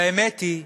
והאמת היא,